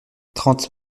trente